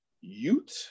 Ute